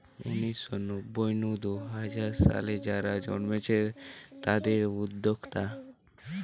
উনিশ শ নব্বই নু দুই হাজার সালে যারা জন্মেছে তাদির উদ্যোক্তা